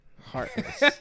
heartless